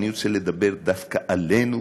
אני רוצה לדבר דווקא עלינו,